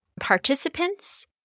participants